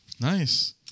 Nice